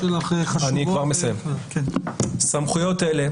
סמכויות אלה,